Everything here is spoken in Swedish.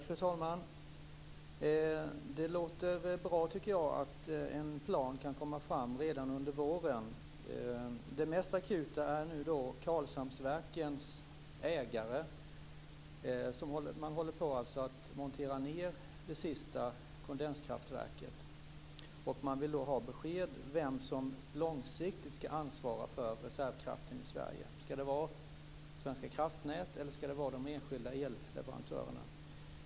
Fru talman! Det låter bra att en plan kan komma att tas fram redan under våren. Det mest akuta nu är Karlshamnsverken. Man håller alltså på att montera ned det sista kondenskraftverket, och man vill då ha besked om vem som långsiktigt skall ansvara för reservkraften i Sverige. Skall det vara Svenska kraftnät eller de enskilda elleverantörerna?